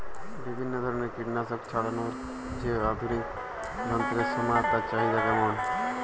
বিভিন্ন ধরনের কীটনাশক ছড়ানোর যে আধুনিক যন্ত্রের সমাহার তার চাহিদা কেমন?